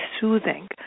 soothing